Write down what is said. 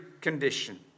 condition